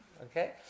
Okay